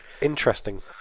interesting